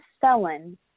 felon